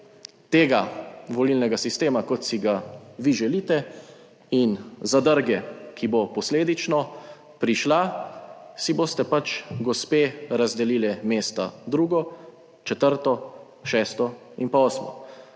tega volilnega sistema, kot si ga vi želite, in zadrge, ki bo posledično prišla, si boste pač gospe razdelile mesta, drugo, četrto, šesto in osmo,